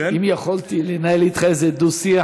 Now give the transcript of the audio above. אם יכולתי לנהל אתך איזה דו-שיח,